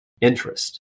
interest